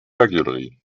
regularly